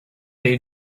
day